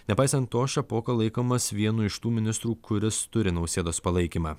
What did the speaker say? nepaisant to šapoka laikomas vienu iš tų ministrų kuris turi nausėdos palaikymą